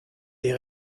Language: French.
des